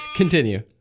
Continue